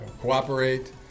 Cooperate